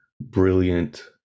brilliant